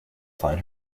find